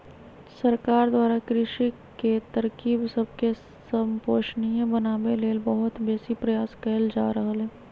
सरकार द्वारा कृषि के तरकिब सबके संपोषणीय बनाबे लेल बहुत बेशी प्रयास कएल जा रहल हइ